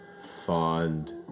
fond